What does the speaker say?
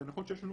זה נכון שיש לנו